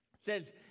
says